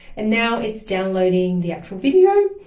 and now it's downloading the actual video.